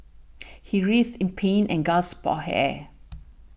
he writhed in pain and gasped for air